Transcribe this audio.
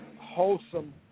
wholesome